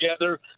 together